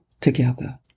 together